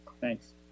thanks